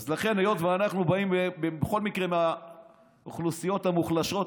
היות שאנחנו באים בכל מקרה מהאוכלוסיות המוחלשות,